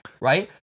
right